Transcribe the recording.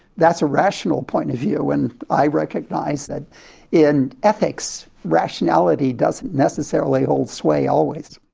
that's a rational point of view, and i recognise that in ethics rationality doesn't necessarily hold sway always.